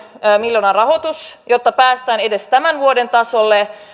miljoonan rahoituksen jotta päästään edes tämän vuoden tasolle